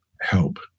help